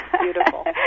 beautiful